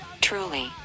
truly